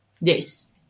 Yes